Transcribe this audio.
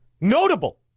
notable